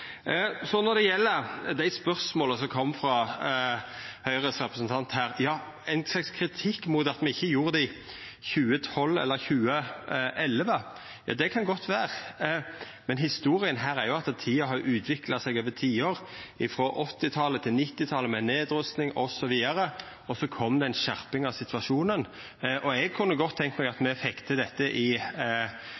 Når det gjeld dei spørsmåla som kom frå Høgres representant, ein slags kritikk av at me ikkje gjorde det i 2012 eller i 2011: Det kan godt vera, men historia her er jo at tida har utvikla seg over tiår, frå 1980-talet til 1990-talet med nedrusting osv., og så kom det ei skjerping av situasjonen. Eg kunne godt tenkt meg at